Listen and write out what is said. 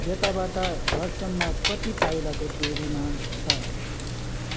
यताबाट घरसम्म कति पाइलाको दुरीमा छ